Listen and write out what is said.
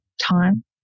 time